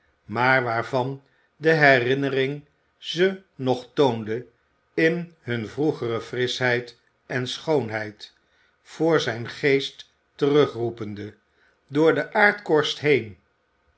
maar waarvan de herinnering ze nog toonde in hunne vroegere frischheid en schoonheid voor zijn geest terugroepende door de aardkorst heen